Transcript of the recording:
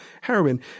heroin